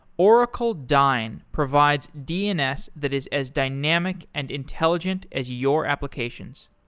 oracle dyn provides dns that is as dynamic and intelligent as your applications.